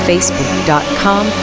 Facebook.com